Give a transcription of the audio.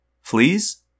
Fleas